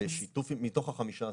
מתוך ה-15,000.